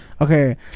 Okay